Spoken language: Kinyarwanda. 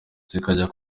zikajya